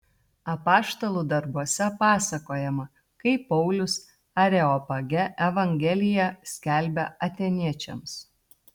apaštalų darbuose pasakojama kaip paulius areopage evangeliją skelbė atėniečiams